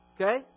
Okay